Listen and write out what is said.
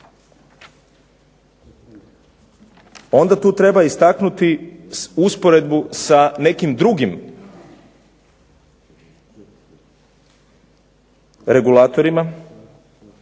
Onda tu treba istaknuti usporedbu sa nekim drugim regulatorima